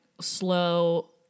slow